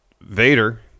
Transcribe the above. Vader